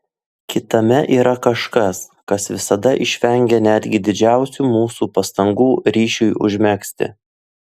kitame yra kažkas kas visada išvengia netgi didžiausių mūsų pastangų ryšiui užmegzti